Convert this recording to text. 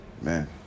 man